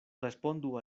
respondu